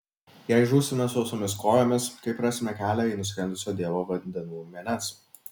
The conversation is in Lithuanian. jei žūsime sausomis kojomis kaip rasime kelią į nuskendusio dievo vandenų menes